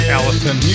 Allison